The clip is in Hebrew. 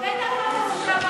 וחלילה.